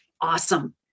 awesome